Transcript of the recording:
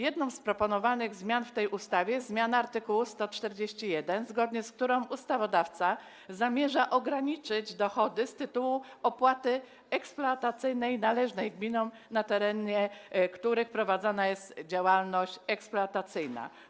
Jedną z proponowanych zmian w tej ustawie jest zmiana art. 141, zgodnie z którą ustawodawca zamierza ograniczyć dochody z tytułu opłaty eksploatacyjnej należnej gminom, na których terenie prowadzona jest działalność eksploatacyjna.